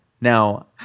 now